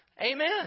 Amen